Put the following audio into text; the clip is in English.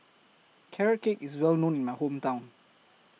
Carrot Cake IS Well known in My Hometown